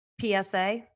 PSA